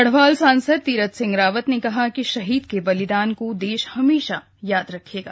गढ़वाल सांसद तीरथ सिंह रावत ने कहा कि शहीद के बलिदान को देश हमेशा याद रखेगा